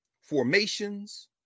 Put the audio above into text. formations